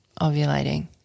ovulating